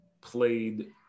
played